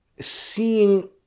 seeing